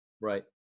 Right